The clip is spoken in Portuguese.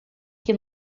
que